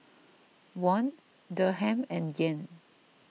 Won Dirham and Yen